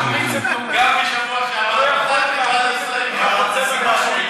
גם בשבוע שעבר פתחתי ואז השר הגיע.